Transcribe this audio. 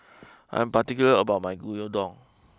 I am particular about my Gyudon